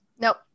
Nope